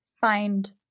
find